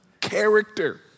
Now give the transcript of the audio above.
character